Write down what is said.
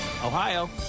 Ohio